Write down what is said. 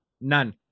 None